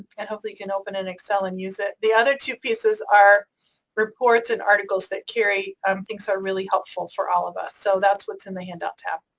and hopefully you can open in excel and use it. the other two pieces are reports and articles that kerri um thinks are really helpful for all of us. so, that's what's in the handout tab.